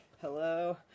hello